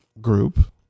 group